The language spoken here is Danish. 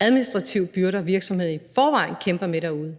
administrative byrder, virksomhederne i forvejen kæmper med derude,